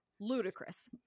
ludicrous